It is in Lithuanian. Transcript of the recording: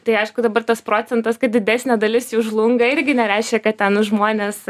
tai aišku dabar tas procentas kad didesnė dalis jų žlunga irgi nereiškia kad ten žmonės